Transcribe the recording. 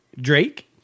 Drake